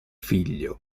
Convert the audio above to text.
figlio